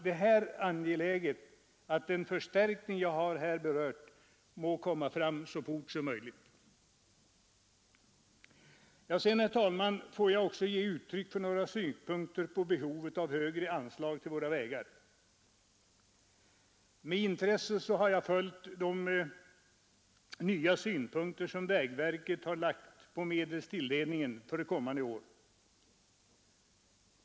Det är angeläget att den förstärkning jag här har berört kommer till stånd så fort som möjligt. Får jag sedan, herr talman, också anföra några synpunkter på behovet av högre anslag till våra vägar. Med intresse har jag följt de nya synpunkter som vägverket har lagt på medelstilldelningen för kommande år.